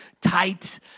tight